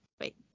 wait